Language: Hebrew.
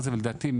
ולדעתי,